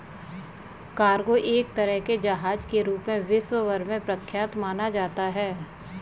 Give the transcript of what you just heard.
cargo एक तरह के जहाज के रूप में विश्व भर में प्रख्यात माना जाता है